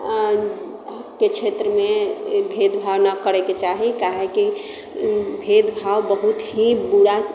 के क्षेत्रमे भेदभाव न करैके चाही काहे कि भेदभाव बहुत ही बुरा